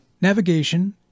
Navigation